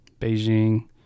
Beijing